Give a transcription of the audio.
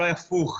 אולי הפוך.